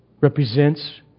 represents